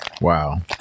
wow